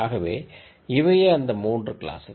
ஆகவே இவையே அந்த 3 கிளாசுகள்